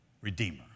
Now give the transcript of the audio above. Redeemer